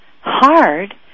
hard